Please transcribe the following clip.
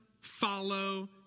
follow